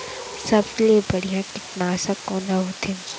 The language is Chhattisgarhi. सबले बढ़िया कीटनाशक कोन ह होथे?